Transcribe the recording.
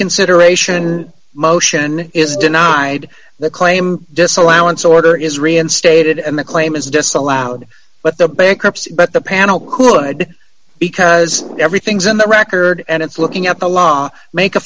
consideration motion is denied the claim disallowance order is reinstated and the claim is disallowed but the bankruptcy but the panel could because everything's in the record and it's looking at the law make